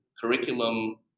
curriculum